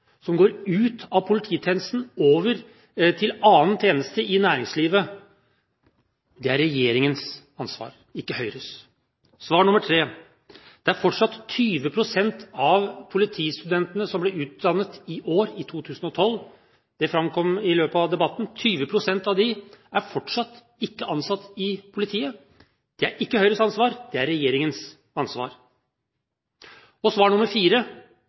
som går ut av polititjenesten og over til annen tjeneste i næringslivet. Det er regjeringens ansvar, ikke Høyres. Svar nummer 3: Det framkom i løpet av debatten at det fortsatt er 20 pst. av politistudentene som ble utdannet i år, i 2012, som ikke er ansatt i politiet. Det er ikke Høyres ansvar, det er regjeringens ansvar. Svar nummer